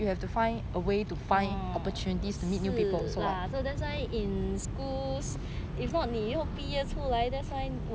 是 lah so that's why in schools if not 你以后毕业出来 that's why